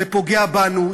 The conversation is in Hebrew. שזה פוגע בנו,